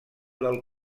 del